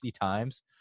times